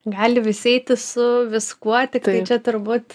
gali visi eiti su viskuo tik čia turbūt